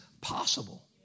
possible